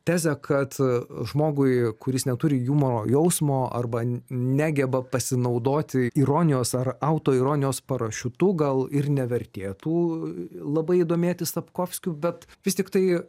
tezę kad žmogui kuris neturi jumoro jausmo arba negeba pasinaudoti ironijos ar autoironijos parašiutu gal ir nevertėtų labai domėtis sapkovskiu bet vis tik tai